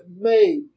made